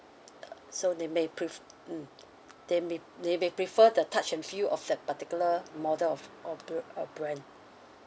so they may pref~ mm they may they may prefer the touch and feel of that particular model of uh br~ uh brand